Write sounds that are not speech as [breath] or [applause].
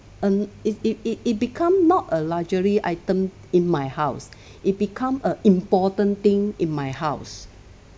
and it it it it become not a luxury item in my house [breath] it become a important thing in my house